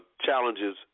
challenges